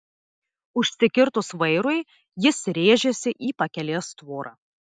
užsikirtus vairui jis rėžėsi į pakelės tvorą